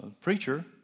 preacher